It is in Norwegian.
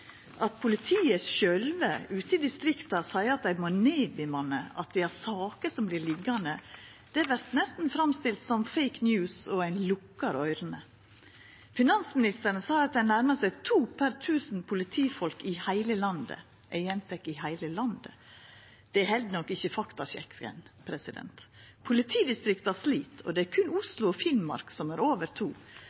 At politiet sjølve ute i distrikta seier at dei må nedbemanna, at dei har saker som vert liggjande, vert nesten framstilt som «fake news», og ein lukkar øyra. Finansministeren sa at ein nærmar seg to politifolk per tusen i heile landet – eg gjentek: i heile landet. Det held nok ikkje i faktasjekken. Politidistrikta slit, og det er berre Oslo og Finnmark som